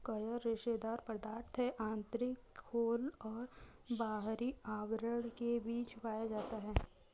coir रेशेदार पदार्थ है आंतरिक खोल और बाहरी आवरण के बीच पाया जाता है